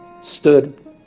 stood